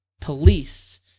police